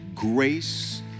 grace